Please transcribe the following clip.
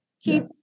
Keep